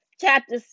chapter